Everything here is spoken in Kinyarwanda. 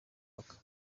akaba